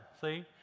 see